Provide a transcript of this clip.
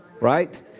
right